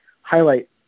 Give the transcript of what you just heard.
highlight